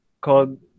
called